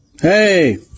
Hey